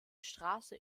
straße